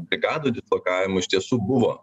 brigadų dislokavimų iš tiesų buvo